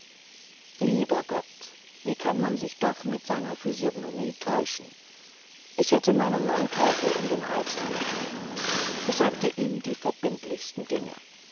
lieber gott wie kann man sich doch mit seiner physiognomik täuschen ich hätte meinem mannteuffel um den hals fallen mögen ich sagte ihm die verbindlichsten dinge